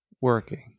working